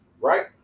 right